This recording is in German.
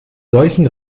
solchen